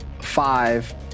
five